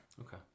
Okay